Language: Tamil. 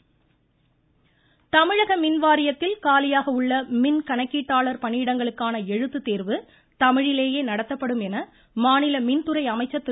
தங்கமணி தமிழக மின்வாரியத்தில் காலியாக உள்ள மின் கணக்கீட்டாளர் பணியிடங்களுக்கான எழுத்து தோ்வு தமிழிலேயே நடத்தப்படும் என மாநில மின்துறை அமைச்சர் திரு